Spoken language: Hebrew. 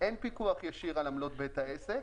אין פיקוח ישיר על עמלות בית העסק,